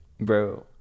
bro